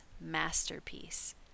masterpiece